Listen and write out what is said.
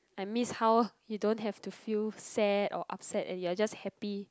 I miss how you don't have to feel sad or upset and you're just happy